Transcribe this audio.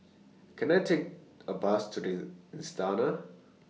Can I Take A Bus to The Istana